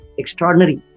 extraordinary